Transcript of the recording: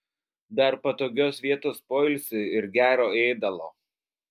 dar patogios vietos poilsiui ir gero ėdalo